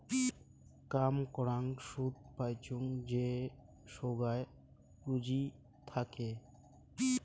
কাম করাং সুদ পাইচুঙ যে সোগায় পুঁজি থাকে